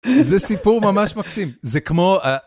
זה סיפור ממש מקסים, זה כמו ה...